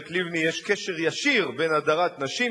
לבני: יש קשר ישיר בין הדרת נשים,